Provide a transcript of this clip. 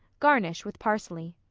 garnish with parsley.